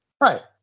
Right